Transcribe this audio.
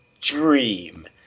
Dream